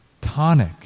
tonic